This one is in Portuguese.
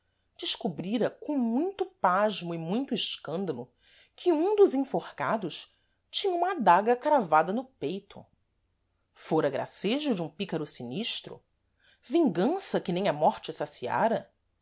descobrira com muito pasmo e muito escândalo que um dos enforcados tinha uma adaga cravada no peito fôra gracejo de um pícaro sinistro vingança que nem a morte saciara